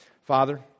Father